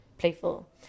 playful